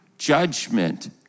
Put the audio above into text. judgment